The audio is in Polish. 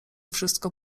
wszystko